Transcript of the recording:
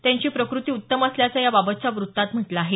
त्यांची प्रकृती उत्तम असल्याचं याबाबतच्या वृत्तात म्हटलं आहे